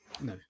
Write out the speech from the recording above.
No